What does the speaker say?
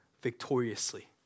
victoriously